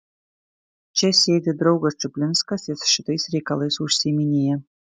čia sėdi draugas čuplinskas jis šitais reikalais užsiiminėja